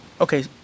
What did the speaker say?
Okay